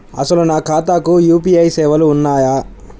అసలు నా ఖాతాకు యూ.పీ.ఐ సేవలు ఉన్నాయా?